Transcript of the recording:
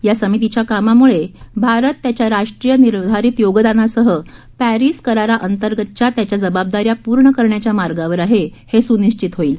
या समितीच्या कामामुळे भारत त्याच्या राष्ट्रीय निर्धारीत योगदानासह पॅरिस कराराअंतर्गतच्या त्याच्या जबाबदाऱ्या पूर्ण करण्याच्या मार्गावर आहे हे स्निश्चित होईल